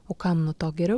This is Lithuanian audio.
o kam nuo to geriau